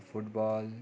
football